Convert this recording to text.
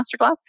masterclass